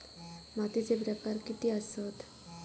मातीचे प्रकार किती आसत?